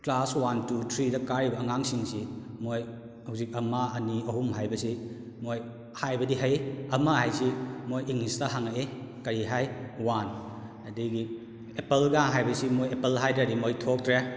class one two ꯊ꯭ꯔꯤꯗ ꯀꯥꯔꯤꯕ ꯑꯉꯥꯉꯁꯤꯡꯁꯤ ꯃꯣꯏ ꯍꯧꯖꯤꯛ ꯑꯃ ꯑꯅꯤ ꯑꯍꯨꯝ ꯍꯥꯏꯕꯁꯤ ꯃꯣꯏ ꯍꯥꯏꯕꯗꯤ ꯍꯩ ꯑꯃ ꯍꯥꯏꯁꯤ ꯃꯣꯏ ꯏꯪꯂꯤꯁꯇ ꯍꯪꯉꯛꯏ ꯀꯔꯤ ꯍꯥꯏ ꯋꯥꯟ ꯑꯗꯒꯤ ꯑꯦꯄꯜꯒ ꯍꯥꯏꯕꯁꯤ ꯃꯣꯏ ꯑꯦꯄꯜ ꯍꯥꯏꯗ꯭ꯔꯗꯤ ꯃꯣꯏ ꯊꯣꯛꯇ꯭ꯔꯦ